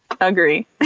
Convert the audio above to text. Agree